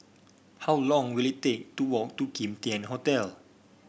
how long will it take to walk to Kim Tian Hotel